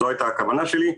זו הייתה הכוונה שלי.